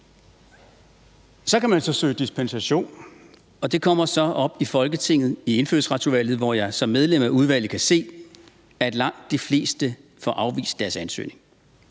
Så kan man søge dispensation, og det kommer så op i Folketinget, i Indfødsretsudvalget, hvor jeg som medlem af udvalget kan se, at langt de fleste får afvist deres ansøgning.